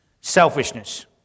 selfishness